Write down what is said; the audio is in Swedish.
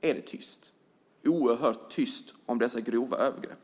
är det tyst, oerhört tyst, om de grova övergreppen.